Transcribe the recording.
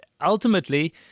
ultimately